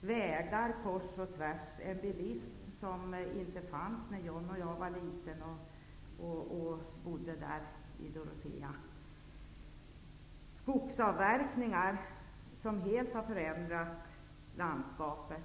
vägar som går kors och tvärs med omfattande bilism, vilket inte fanns när John Andersson och jag var små och bodde i Dorotea. Vidare har skogsavverkningarna helt förändrat landskapet.